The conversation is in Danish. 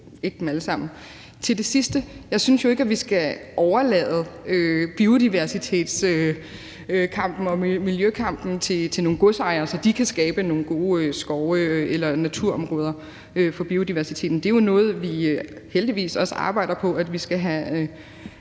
ikke dem alle sammen. Til det sidste vil jeg sige, at jeg jo ikke synes, at vi skal overlade biodiversitetskampen og miljøkampen til nogle godsejere, så de kan skabe nogle gode skove eller naturområder for biodiversiteten. Det er jo noget, vi heldigvis arbejder på. Vi skal have